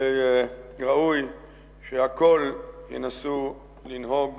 וראוי שהכול ינסו לנהוג